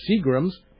Seagram's